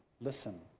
listen